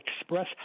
express